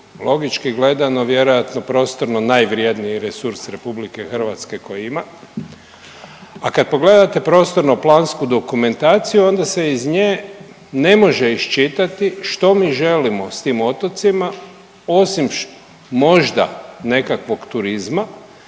logički gledano vjerojatno prostorno najvredniji resurs Republike Hrvatske koji ima. A kad pogledate prostorno-plansku dokumentaciju onda se iz nje ne može iščitati što mi želimo s tim otocima osim možda nekakvog turizma